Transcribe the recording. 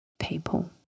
people